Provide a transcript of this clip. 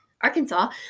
Arkansas